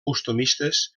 costumistes